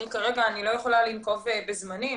אני כרגע לא יכולה לנקוב בזמנים,